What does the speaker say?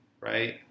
Right